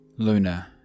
Luna